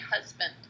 husband